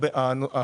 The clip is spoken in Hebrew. ה-RIA.